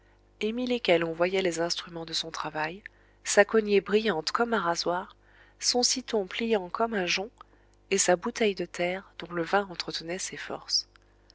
emmi lesquels on voyait les instruments de son travail sa cognée brillante comme un rasoir son sciton pliant comme un jonc et sa bouteille de terre dont le vin entretenait ses forces